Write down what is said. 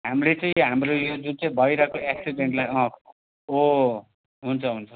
हाम्रो चाहिँ हाम्रो यो जुन चाहिँ भइरहेको एक्सिडेन्टलाई अँ हो हुन्छ हुन्छ